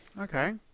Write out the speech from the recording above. Okay